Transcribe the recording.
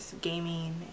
gaming